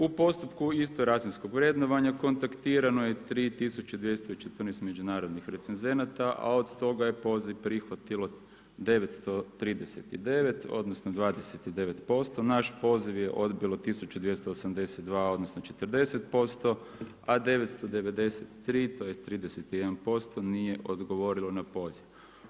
U postupku istog razinskog vrednovanja, kontaktirano je 3214 međunarodnih recenzenata a od toga je poziv prihvatilo 939 odnosno 29%, naš poziv je odbilo 1282 odnosno 40%, a 993, tj. 31% nije odgovorilo na poziv.